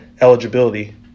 eligibility